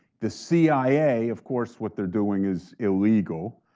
the cia, of course what they're doing is illegal,